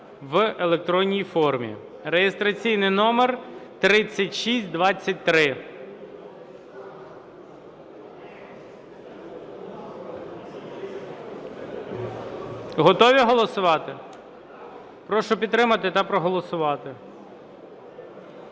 в електронній формі (реєстраційний номер 3623). Готові голосувати? Прошу підтримати та проголосувати.